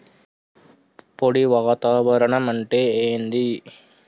పొడి వాతావరణం అంటే ఏంది?